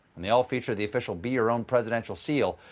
and they all feature the official be your own presidential seal,